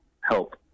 help